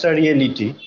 reality